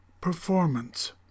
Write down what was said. performance